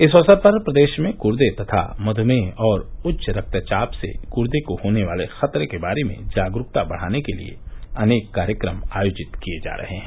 इस अवसर पर प्रदेश में गुर्द तथा मधुमेह और उच्च रक्त चाप से गुर्द को होने वाले खतरे के बारे में जागरूकता बढ़ाने के लिए अनेक कार्यक्रम आयोजित किए जा रहे हैं